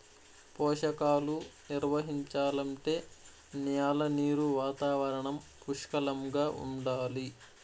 పోషకాలు నిర్వహించాలంటే న్యాల నీరు వాతావరణం పుష్కలంగా ఉండాలి